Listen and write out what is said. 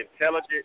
intelligent